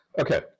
okay